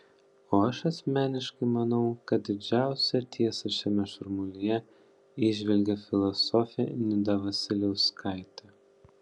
o aš asmeniškai manau kad didžiausią tiesą šiame šurmulyje įžvelgė filosofė nida vasiliauskaitė